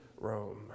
Rome